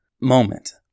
moment